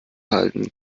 halten